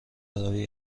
روی